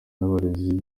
n’abarezi